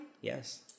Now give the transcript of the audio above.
Yes